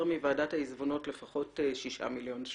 מועדת העיזבונות לפחות 6 מיליון שקלים.